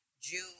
June